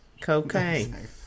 Cocaine